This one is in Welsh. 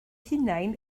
hunain